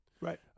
right